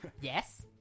Yes